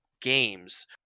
games